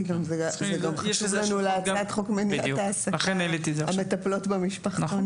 כי זה חשוב לנו גם להצעת החוק על מטפלות במשפחתונים,